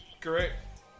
correct